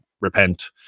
repent